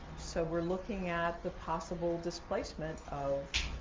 so we're looking at the possible displacement of